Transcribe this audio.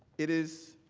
it is